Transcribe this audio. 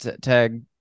tag